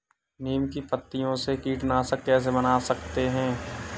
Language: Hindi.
नीम की पत्तियों से कीटनाशक कैसे बना सकते हैं?